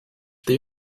they